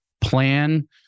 plan